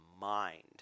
mind